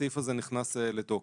הסעיף הזה נכנס לתוקף.